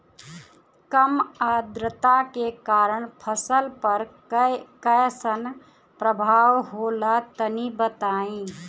कम आद्रता के कारण फसल पर कैसन प्रभाव होला तनी बताई?